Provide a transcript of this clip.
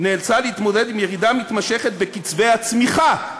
להתמודד עם ירידה מתמשכת בקצבי הצמיחה,